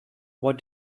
what